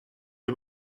dem